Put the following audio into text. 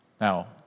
Now